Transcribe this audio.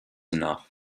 enough